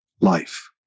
life